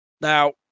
Now